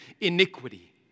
iniquity